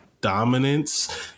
dominance